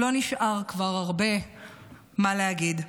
לא נשאר כבר הרבה מה להגיד.